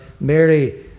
Mary